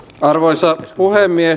arvoisa puhemies